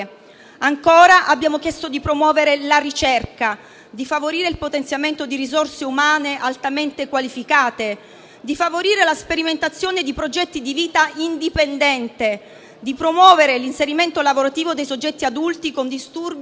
Ancora, abbiamo chiesto di promuovere la ricerca, di favorire il potenziamento di risorse umane altamente qualificate, di favorire la sperimentazione di progetti di vita indipendente, di promuovere l'inserimento lavorativo dei soggetti adulti con disturbi